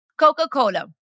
Coca-Cola